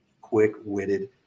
quick-witted